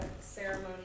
ceremony